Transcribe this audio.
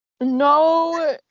no